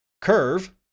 Curve